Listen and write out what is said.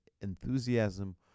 enthusiasm